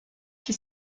que